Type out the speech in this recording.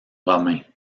romain